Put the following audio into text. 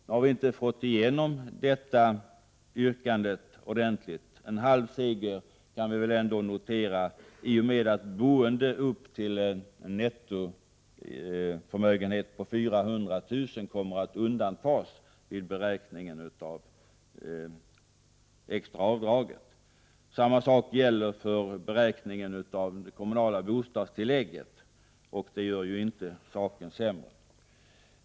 Men när det gäller detta yrkande har vi bara uppnått en halv seger, i och med att det boende som motsvarar en nettoförmögenhet på upp till 400 000 kr. kommer att undantas vid beräkningen av det extra avdraget. Samma sak gäller för beräkningen av det kommunala bostadstillägget, och det gör inte saken sämre.